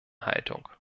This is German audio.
haltung